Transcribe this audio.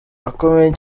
akomeye